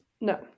No